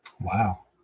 Wow